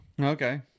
Okay